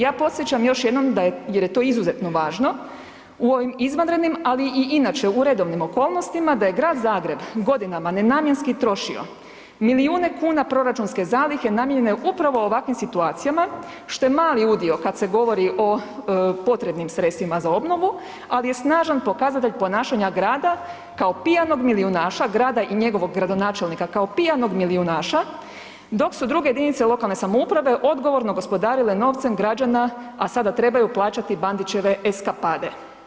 Ja podsjećam još jednom da je, jer je to izuzetno važno u ovim izvanrednim, ali i inače u redovnim okolnostima, da je Grad Zagreb godinama nenamjenski trošio milijune kuna proračunske zalihe namijenjene upravo ovakvim situacijama, što je mali udio kad se govori o potrebnim sredstvima za obnovu, ali je snažan pokazatelj ponašanja grada kao pijanog milijunaša, grada i njegovog gradonačelnika kao pijanog milijunaša, dok su druge jedinice lokalne samouprave odgovorno gospodarile novcem građana, a sada trebaju plaćati Bandićeve eskapade.